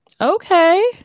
Okay